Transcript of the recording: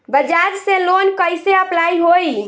बज़ाज़ से लोन कइसे अप्लाई होई?